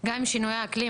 גם עם שינויי האקלים,